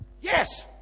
Yes